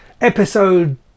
episode